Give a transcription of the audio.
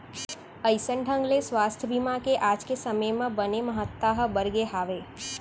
अइसन ढंग ले सुवास्थ बीमा के आज के समे म बने महत्ता ह बढ़गे हावय